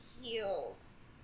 heels